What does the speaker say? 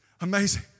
Amazing